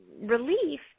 relief